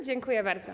Dziękuję bardzo.